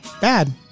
Bad